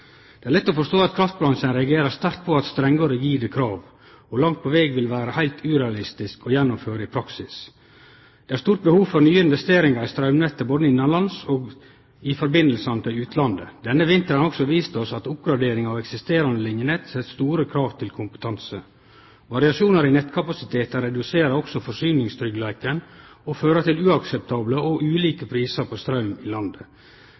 Det er lett å forstå at kraftbransjen reagerer sterkt på så strenge og rigide krav, som det langt på veg vil vere heilt urealistisk å gjennomføre i praksis. Det er stort behov for nye investeringar i straumnettet både innanlands og i sambandet med utlandet. Denne vinteren har òg vist oss at oppgradering av eksisterande linjenett set store krav til kompetanse. Variasjonar i nettkapasiteten reduserer òg forsyningstryggleiken og fører til uakseptable og ulike prisar på straum i landet.